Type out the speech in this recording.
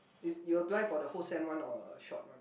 is you apply for the whole sem one or short one